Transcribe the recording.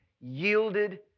yielded